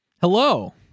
Hello